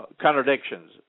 contradictions